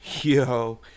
yo